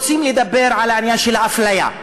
רוצים לדבר על העניין של האפליה,